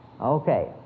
Okay